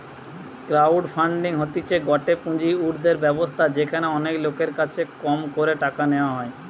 crowd funding হতিছে গটে পুঁজি উর্ধের ব্যবস্থা যেখানে অনেক লোকের কাছে কম করে টাকা নেওয়া হয়